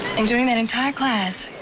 and during that entire class.